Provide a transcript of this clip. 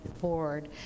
board